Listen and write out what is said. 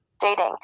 dating